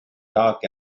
dark